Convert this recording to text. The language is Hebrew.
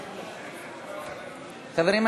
חברים,